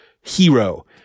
hero